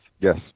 Yes